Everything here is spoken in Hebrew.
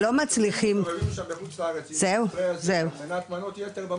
שלא מצליחים --- בחוץ לארץ למניעת מנות יתר,